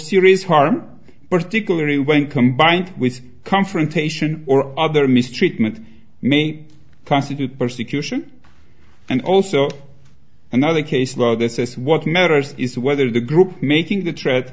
series harm particularly when combined with confrontation or other mistreatment may constitute persecution and also another case law that says what matters is whether the group making the tread